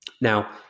Now